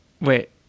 wait